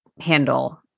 handle